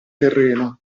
terreno